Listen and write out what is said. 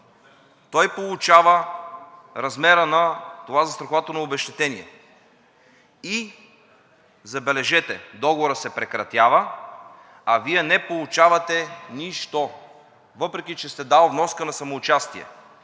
Той получава размера на това застрахователно обезщетение. Забележете, договорът се прекратява, а Вие не получавате нищо, въпреки че сте дал вноска на самоучастие.